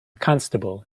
constable